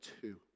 two